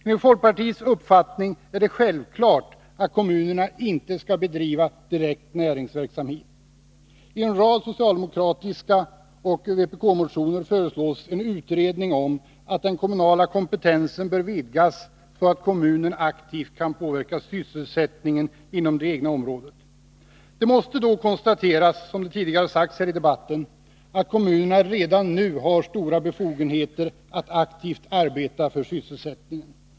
Enligt folkpartiets uppfattning är det självklart att kommunerna inte skall bedriva direkt näringsverksamhet. I en rad socialdemokratiska motioner och vpk-motioner föreslås en utredning om att den kommunala kompetensen bör vidgas så att kommunerna aktivt kan påverka sysselsättningen inom det egna området. Det måste då konstateras, som tidigare har sagts här i debatten, att kommunerna redan nu har stora befogenheter att aktivt arbeta för sysselsättningen.